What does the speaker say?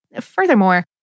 Furthermore